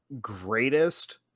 greatest